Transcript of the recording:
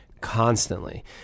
constantly